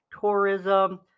tourism